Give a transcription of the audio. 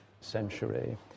century